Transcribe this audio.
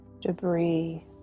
debris